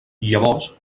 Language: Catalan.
llavors